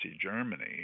Germany